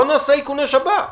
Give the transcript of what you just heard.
לא נעשה איכוני שב"כ.